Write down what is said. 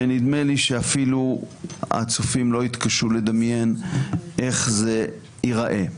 ונדמה לי שאפילו הצופים לא יתקשו לדמיין איך זה ייראה.